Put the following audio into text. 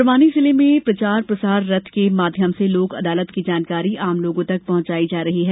बड़वानी जिले में प्रचार प्रसार रथ के माध्यम से लोक अदालत की जानकारी आम लोगों तक पहुंचाई जा रही है